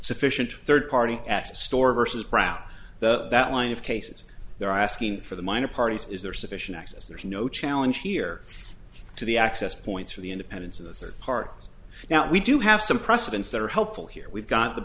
sufficient third party store versus prout the that line of cases they're asking for the minor parties is there sufficient access there's no challenge here to the access points for the independence of the third part now we do have some precedents that are helpful here we've got the